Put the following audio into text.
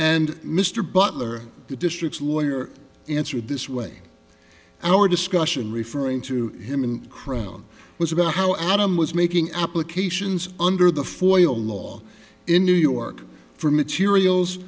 and mr butler the district's lawyer answered this way our discussion referring to him and crown was about how adam was making applications under the for oil law in new york for materials